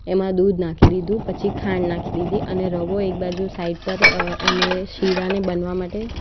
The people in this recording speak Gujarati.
એમાં દૂધ નાખી દીધું પછી ખાંડ નાખી દીધી અને રવો એક બાજુ સાઇડ પર એને શીરાને બનવા માટે